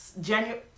January